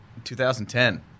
2010